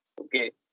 Okay